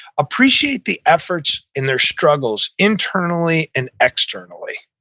appreciate the efforts in their struggles, internally and externally,